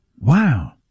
Wow